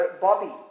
Bobby